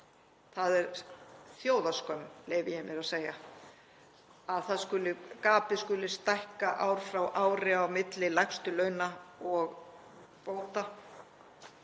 Það er þjóðarskömm, leyfi ég mér að segja, að gapið skuli stækka ár frá ári á milli lægstu launa og bóta.